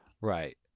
right